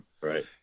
Right